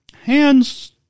hands